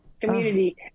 community